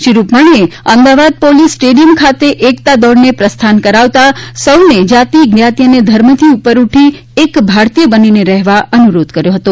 શ્રી રૂપાણીએ Ahmedabad police stadium ખાતે એકતા દોડને પ્રસ્થાન કરાવતા સૌને જાતિ જ્ઞાતિ અને ધર્મથી ઉપર ઉઠી એક ભારતીય બનીને રહેવા અનુરોધ કર્યો હતો